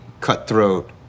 cutthroat